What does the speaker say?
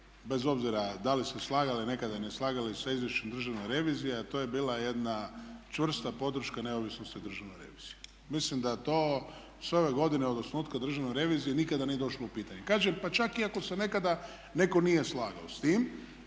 bez obzira da li se slagali nekada ili ne slagali sa izvješćem Državne revizije, a to je bila jedna čvrsta podrška neovisnosti Državne revizije. Mislim da to sve ove godine od osnutka Državne revizije nikada nije došlo u pitanje. Kažem pa čak i ako se nekada netko nije slagao s tim.